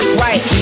right